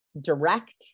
direct